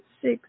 six